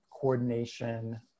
coordination